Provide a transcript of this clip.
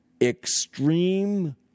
extreme